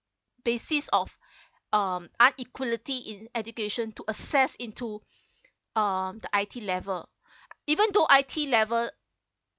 basis of um unequality in education to access into um the I_T level even though I_T level